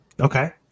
okay